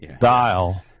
dial